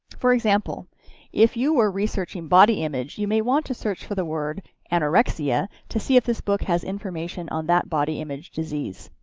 for example if you were researching body image, you may want to search for the word anorexia to see if this book has information on that body image disease.